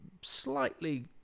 slightly